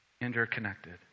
interconnected